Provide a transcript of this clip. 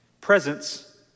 presence